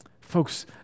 Folks